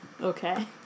Okay